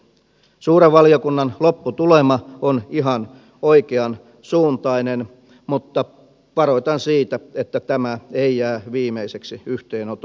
suuren valiokunnan lopputulema on ihan oikeansuuntainen mutta varoitan siitä että tämä ei jää viimeiseksi yhteenotoksi